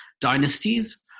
dynasties